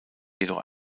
jedoch